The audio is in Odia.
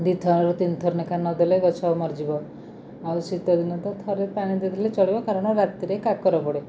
ଦୁଇଥର ତିନିଥର ଲେଖା ନ ଦେଲେ ଗଛ ମରିଯିବ ଆଉ ଶୀତଦିନେ ଥରେ ପାଣି ଦେଇଦେଲେ ଚଳିବ କାରଣ ରାତିରେ କାକର ପଡ଼େ